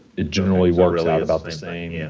it generally works out about the same. yeah